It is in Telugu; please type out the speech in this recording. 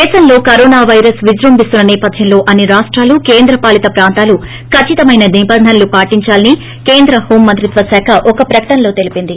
దేశంలో కరోనా పైరస్ విజృంభిస్తున్న నేపథ్యంలో అన్ని రాప్రాలు కేంద్రపాలిత ప్రాంతాలు ఖచ్చితమైన నిబంధనలు పాటిందాలని కేంద్ర హోం మంత్రిత్వ శాఖ ఒక ప్రకటనలో తెలిపింది